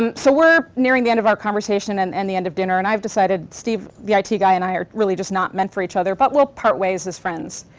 um so we're nearing the end of our conversation and and the end of dinner, and i've decided steve the i t. guy and i are really just not meant for each other, but we'll part ways as friends,